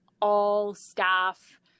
all-staff